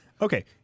Okay